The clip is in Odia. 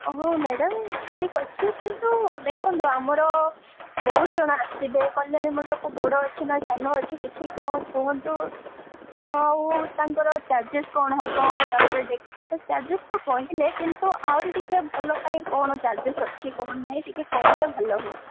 ହଁ ମ୍ୟାଡ଼ାମ୍ ଠିକ୍ ଅଛି କିନ୍ତୁ ଦେଖନ୍ତୁ ଆମର ବହୁତ ଜଣ ଆସିବେ କଲ୍ୟାଣୀ ମଣ୍ଡପକୁ ବଡ଼ ଅଛି ନା ସାନ ଅଛି କିଛି କ'ଣ କୁହନ୍ତୁ ଆଉ ତାଙ୍କର ଚାର୍ଜେସ୍ କ'ଣ ହବ ତା'ପରେ ଦେଖି ଚାର୍ଜେସ୍ତ କହିଲେ କିନ୍ତୁ ଆହୁରି ଟିକିଏ ଭଲ ପାଇଁ କ'ଣ ଚାର୍ଜେସ୍ ଅଛି କ'ଣ ନାହିଁ ଟିକେ କହିଲେ ଭଲ ହୁଅନ୍ତା